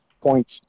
points